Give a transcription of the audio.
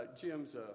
Jim's